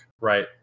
Right